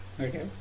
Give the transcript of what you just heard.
okay